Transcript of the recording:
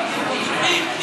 פנים.